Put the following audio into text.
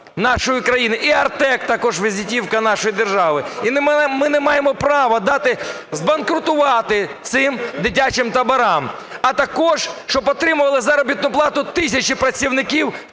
нашої країни, і "Артек" –також візитівка нашої держави. І ми не маємо права дати збанкрутувати цим дитячим таборам. А також, щоб отримували заробітну плату тисячі працівників,